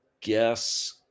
guess